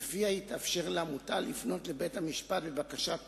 ולפיה יתאפשר לעמותה לפנות לבית-משפט בבקשת פירוק,